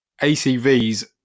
ACVs